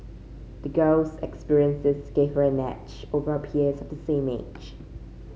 the girl's experiences gave her an edge over her peers of the same age